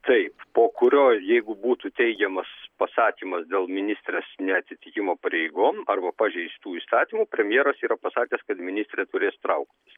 taip po kurio jeigu būtų teigiamas pasakymas dėl ministrės neatitikimo pareigom arba pažeistų įstatymą premjeras yra pasakęs kad ministrė turės trauktis